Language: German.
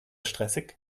stressig